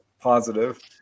positive